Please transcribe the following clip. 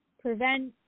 prevent